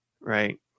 Right